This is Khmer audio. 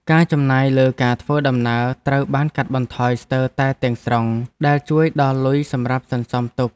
ការចំណាយលើការធ្វើដំណើរត្រូវបានកាត់បន្ថយស្ទើរតែទាំងស្រុងដែលជួយសល់លុយសម្រាប់សន្សំទុក។